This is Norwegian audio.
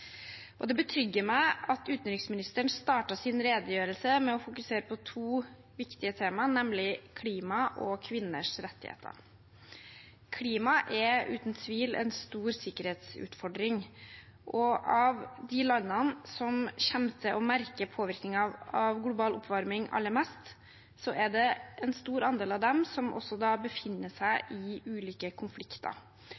Søreide. Det betrygger meg at utenriksministeren startet sin redegjørelse med å fokusere på to viktige tema, nemlig klima og kvinners rettigheter. Klima er uten tvil en stor sikkerhetsutfordring. Av de landene som kommer til å merke påvirkningen av global oppvarming aller mest, er det en stor andel som også befinner seg